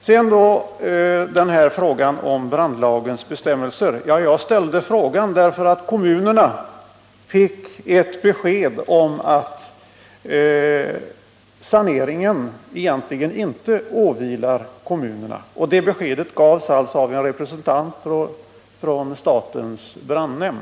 I vad sedan gäller spörsmålet om brandlagens bestämmelser vill jag säga, att jag ställde min fråga därför att kommunerna fick ett besked om att saneringen egentligen inte åvilar dem. Det beskedet gavs av en representant för statens brandnämnd.